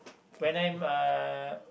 when I'm a